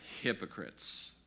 hypocrites